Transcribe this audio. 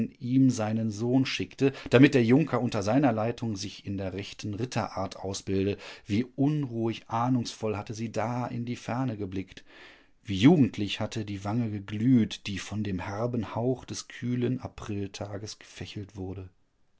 ihm seinen sohn schickte damit der junker unter seiner leitung sich in der rechten ritterart ausbilde wie unruhig ahnungsvoll hatte sie da in die ferne geblickt wie jugendlich hatte die wange geglüht die von dem herben hauch des kühlen apriltages gefächelt wurde